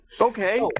Okay